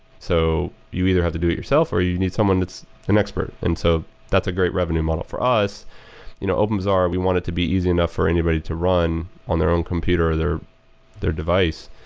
so you either have to do it yourself, or you need someone that's an expert. and so that's a great revenue model for us you know openbazaar, we want it to be easy enough for anybody to run on their own computer, their their device.